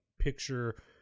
picture